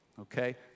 Okay